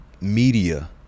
media